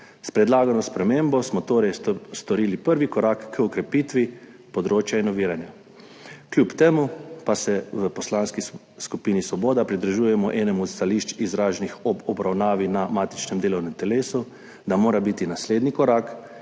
S predlagano spremembo smo torej storili prvi korak k okrepitvi področja inoviranja. Kljub temu pa se v Poslanski skupini Svoboda pridružujemo enemu od stališč, izraženih ob obravnavi na matičnem delovnem telesu, da mora biti naslednji korak,